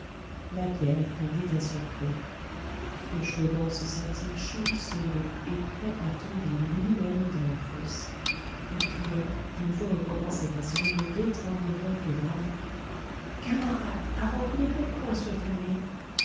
la bière rendit un son creux fauchelevent se sentit chanceler et prêt à tomber lui-même dans la fosse il cria d'une voix où commençait à se mêler l'étranglement du râle camarade avant que le bon coing soit fermé